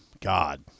God